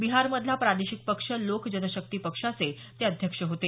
बिहारमधला प्रादेशिक पक्ष लोक जनशक्ती पक्षाचे ते अध्यक्ष होते